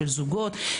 של זוגות,